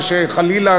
ושחלילה,